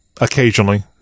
occasionally